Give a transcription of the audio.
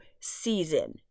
season